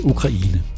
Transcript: Ukraine